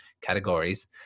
categories